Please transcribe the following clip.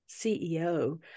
CEO